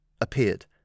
appeared